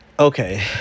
Okay